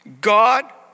God